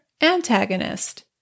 antagonist